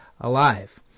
alive